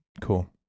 cool